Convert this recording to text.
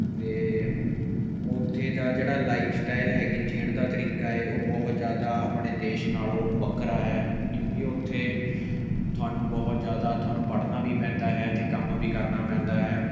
ਅਤੇ ਉੱਥੇ ਦਾ ਜਿਹੜਾ ਲਾਈਫ ਸਟਾਈਲ ਹੈਗੀ ਜੀਣ ਦਾ ਤਰੀਕਾ ਹੈ ਉਹ ਬਹੁਤ ਜ਼ਿਆਦਾ ਆਪਣੇ ਦੇਸ਼ ਨਾਲੋਂ ਵੱਖਰਾ ਹੈ ਕਿਉਂਕਿ ਉੱਥੇ ਤੁਹਾਨੂੰ ਬਹੁਤ ਜ਼ਿਆਦਾ ਤੁਹਾਨੂੰ ਪੜ੍ਹਨਾ ਵੀ ਪੈਂਦਾ ਹੈ ਅਤੇ ਕੰਮ ਵੀ ਕਰਨਾ ਪੈਂਦਾ ਹੈ